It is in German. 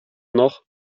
noch